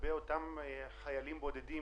לגבי אותם חיילים בודדים,